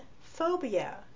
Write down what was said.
phobia